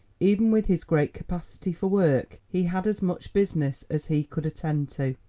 even with his great capacity for work, he had as much business as he could attend to.